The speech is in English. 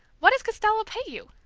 what does costello pay you?